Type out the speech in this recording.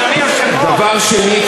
אדוני היושב-ראש, זה לא ייתכן.